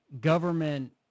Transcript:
government